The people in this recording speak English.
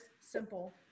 simple